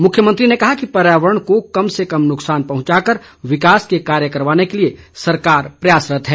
मुख्यमंत्री ने कहा कि पर्यावरण को कम से कम नुकसान पहुंचाकर विकास के कार्य करवाने के लिए सरकार प्रयासरत है